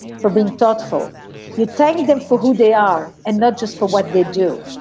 for being thoughtful you thank them for who they are and not just for what they do.